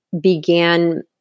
began